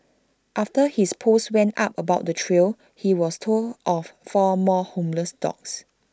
after his post went up about the trio he was told of four more homeless dogs